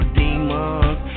demons